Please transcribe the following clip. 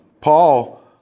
Paul